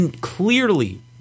clearly